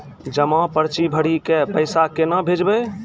जमा पर्ची भरी के पैसा केना भेजबे?